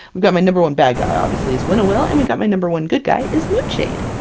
i've got my number one bad guy, obviously is winnowill, and we got my number one good guy, is moonshade,